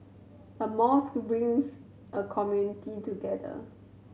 a mosque brings a community together